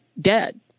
dead